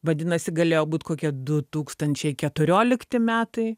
vadinasi galėjo būt kokie du tūkstančiai keturiolikti metai